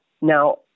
Now